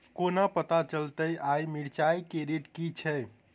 कोना पत्ता चलतै आय मिर्चाय केँ रेट की छै?